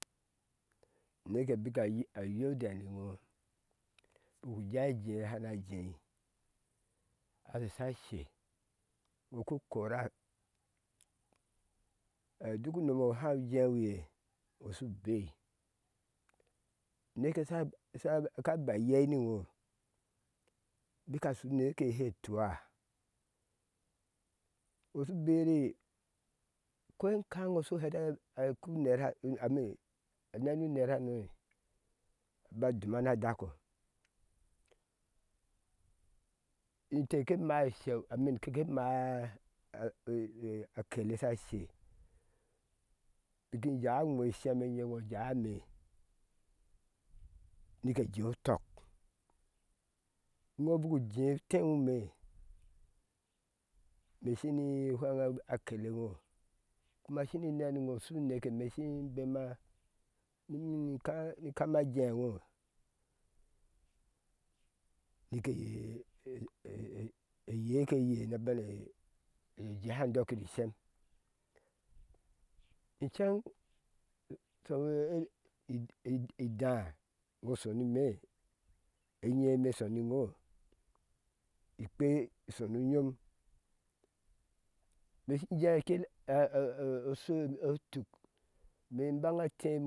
Uneke bik a ayode ni iŋo ŋo je a jee eye sha na jei a shi shashe iŋo ku kora a duk unoŋ we iŋo háá ujeŋe iye iŋo shu bei uneka sha aka ba iyei ni iŋo bika a shu unike eye she tuo ŋo shu beri ko iŋkaŋ iŋo shu uneke eye she tua ŋo shu beri ko iŋkaŋ iŋo shu hɛ at a ku unera ami a nenu uner hane ba duma na dako inte ke mai isheu amin keke máá ŋo jai ime nike jeu utɔk ŋobi ujeu teŋu ime me shini ifweŋa akele ŋo kuma shini neni iŋo shu neke eme shin bema nima ka ni kama jeŋo nike ye e e e yee ke yee ne bane jehn dokir ishem inceŋ e shme ida ŋo shoni ume ennya me shoni iŋo ikpe ishonu uyom me shin jee kil oshu otuk in bŋa ceŋ